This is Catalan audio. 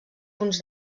punts